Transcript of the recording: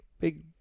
big